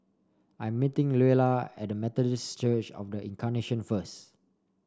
I'm meeting Luella at Methodist Church Of The Incarnation first